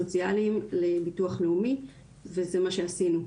והעובדים הסוציאליים לביטוח לאומי וזה מה שעשינו.